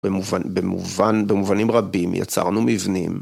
במובן... במובנים רבים יצרנו מבנים.